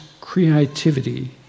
creativity